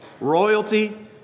royalty